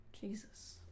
Jesus